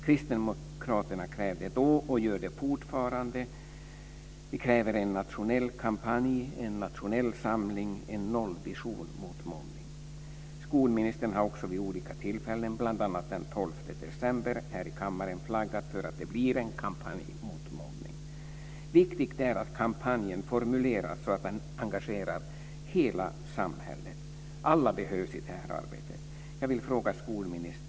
Kristdemokraterna krävde då, och gör det fortfarande, en nationell kampanj, en nationell samling, en nollvision när det gäller mobbning. Skolministern har också vid olika tillfällen, bl.a. den 12 december här i kammaren, flaggat för att det blir en kampanj mot mobbning. Viktigt är att kampanjen formuleras så att den engagerar hela samhället. Alla behövs i det här arbetet.